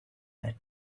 had